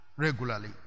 Regularly